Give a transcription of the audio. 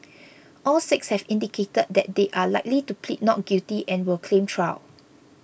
all six have indicated that they are likely to plead not guilty and will claim trial